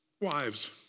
Wives